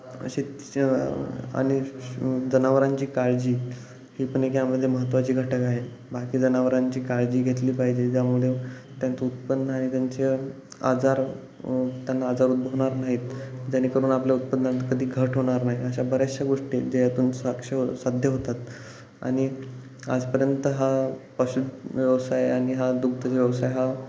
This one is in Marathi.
शेतीचं आणि जनावरांची काळजी ही पण एक यामध्ये महत्त्वाची घटक आहे बाकी जनावरांची काळजी घेतली पाहिजे त्यामध्ये त्यांचं उत्पन्न आणि त्यांचं आजार त्यांना आजार उद्भवणार नाहीत जेणेकरून आपल्या उत्पन्नात कधी घट होणार नाही अशा बऱ्याचशा गोष्टी ज्या ह्यातून साक्ष साध्य होतात आणि आजपर्यंत हा पशु व्यवसाय आणि हा दुग्ध व्यवसाय हा